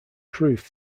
proof